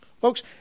Folks